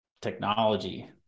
technology